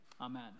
Amen